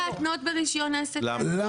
אתה לא יכול להתנות ברישיון העסק --- למה?